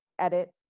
edit